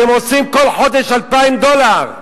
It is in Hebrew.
שהם עושים כל חודש 2,000 דולר.